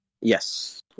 yes